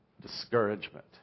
discouragement